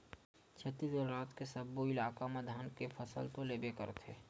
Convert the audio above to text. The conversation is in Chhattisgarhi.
छत्तीसगढ़ राज के सब्बो इलाका म धान के फसल तो लेबे करथे